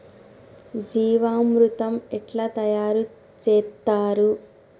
జీవామృతం ఎట్లా తయారు చేత్తరు?